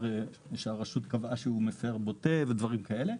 שהרשות קבעה שהוא מפר בוטה ודברים כאלה,